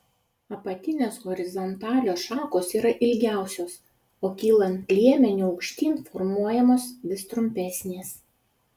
apatinės horizontalios šakos yra ilgiausios o kylant liemeniu aukštyn formuojamos vis trumpesnės